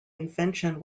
invention